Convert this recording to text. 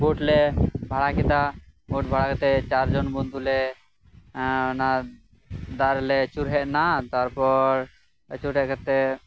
boat ᱞᱮ ᱵᱷᱟᱲᱟ ᱠᱮᱫᱟ ᱵᱳᱴ ᱵᱷᱟᱲᱟ ᱠᱟᱛᱮᱜ ᱪᱟᱨ ᱡᱚᱱ ᱵᱚᱱᱫᱷᱩ ᱞᱮ ᱚᱱᱟ ᱫᱟᱜ ᱨᱮᱞᱮ ᱟᱪᱩᱨ ᱦᱮᱡ ᱱᱟ ᱛᱟᱨᱯᱚᱨ ᱟᱪᱩᱨ ᱦᱮᱡ ᱠᱟᱛᱮᱜ